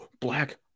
black